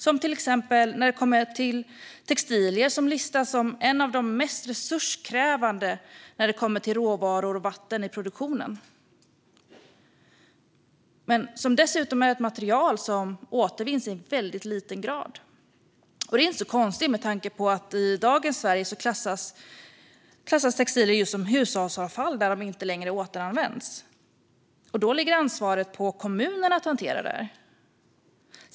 Det gäller till exempel textilier som listas som något av det mest resurskrävande vad gäller råvaror och vatten i produktionen. Dessutom är det ett material som återvinns i väldigt låg grad. Det är visserligen inte konstigt med tanke på att textilier i dagens Sverige klassas som hushållsavfall som inte återanvänds. Därmed ligger ansvaret av hanteringen på kommunerna.